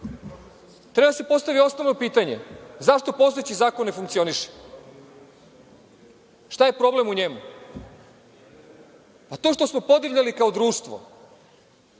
Treba da se postavi osnovno pitanje – zašto postojeći zakon ne funkcioniše? Šta je problem u njemu? To što smo podivljali kao društvo,